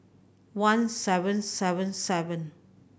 one seven seven seven